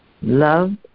Love